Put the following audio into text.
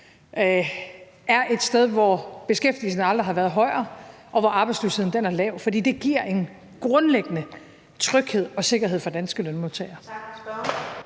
er et sted, hvor beskæftigelsen aldrig har været højere, og hvor arbejdsløsheden er lav, for det giver en grundlæggende tryghed og sikkerhed for danske lønmodtagere.